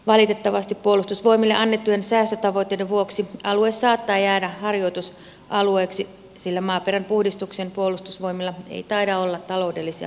valitettavasti puolustusvoimille annettujen säästötavoitteiden vuoksi alue saattaa jäädä harjoitusalueeksi sillä maaperän puhdistukseen puolustusvoimilla ei taida olla taloudellisia mahdollisuuksia